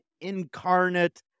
incarnate